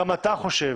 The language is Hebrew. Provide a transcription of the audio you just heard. גם אתה חושב